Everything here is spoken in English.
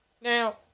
Now